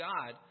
God